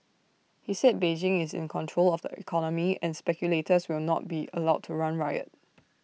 he said Beijing is in control of the economy and speculators will not be allowed to run riot